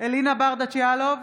אלינה ברדץ' יאלוב,